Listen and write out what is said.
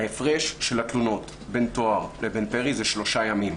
הפרש של התלונות בין טוהר לבין פרי זה שלושה ימים.